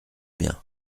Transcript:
bien